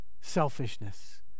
selfishness